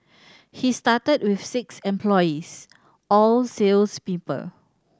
he started with six employees all sales people